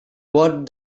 what